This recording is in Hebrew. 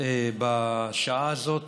בשעה הזאת.